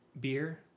beer